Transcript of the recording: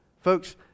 Folks